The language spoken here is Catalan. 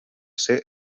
ser